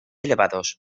elevados